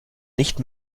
nicht